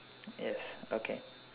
yes okay